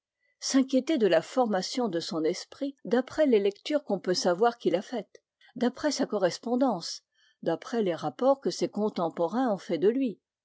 s'inquiéter de la formation de son esprit d'après les lectures qu'on peut savoir qu'il a faites d'après sa correspondance d'après les rapports que ses contemporains ont faits de lui